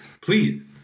Please